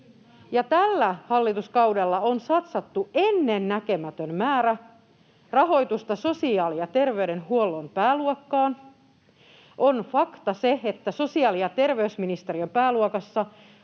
Tällä hallituskaudella on satsattu ennennäkemätön määrä rahoitusta sosiaali‑ ja terveydenhuollon pääluokkaan. Fakta on se, että sosiaali‑ ja terveysministeriön pääluokassa on